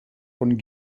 von